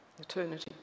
eternity